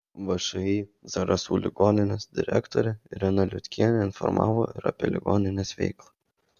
všį zarasų ligoninės direktorė irena liutkienė informavo ir apie ligoninės veiklą